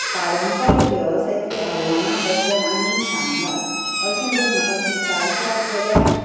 पारंपारीक वेवसायांतल्या आव्हानां बद्दल आनी सांगात अशें जर म्हाका विचारशात जाल्यार